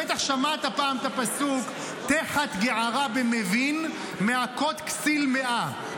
בטח שמעת פעם את הפסוק: "תחת גערה במבין מהכות כסיל מאה".